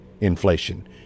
inflation